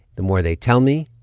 the more they tell me,